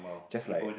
just like